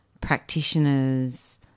practitioners